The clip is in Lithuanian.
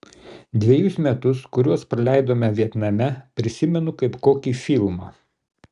dvejus metus kuriuos praleidome vietname prisimenu kaip kokį filmą